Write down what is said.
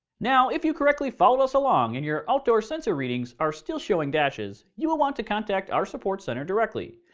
now, if you correctly followed us along and your outdoor sensor readings are still showing dashes, you will want to contact our support center directly,